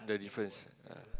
the difference ah